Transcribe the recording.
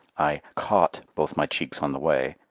i caught both my cheeks on the way,